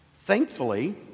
thankfully